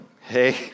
hey